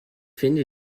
finde